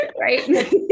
Right